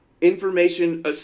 information